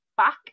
back